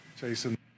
Jason